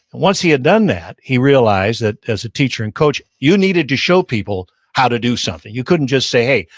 once he had done that he realized that as a teacher and coach, you needed to show people how to do something. you couldn't just say hey,